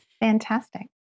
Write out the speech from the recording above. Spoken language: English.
Fantastic